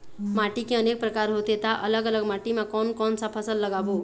माटी के अनेक प्रकार होथे ता अलग अलग माटी मा कोन कौन सा फसल लगाबो?